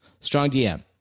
StrongDM